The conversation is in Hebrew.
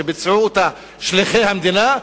שביצעו אותה שליחי המדינה,